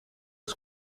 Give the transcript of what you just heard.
als